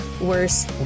worse